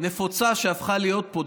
נפוצה שהפכה להיות פה,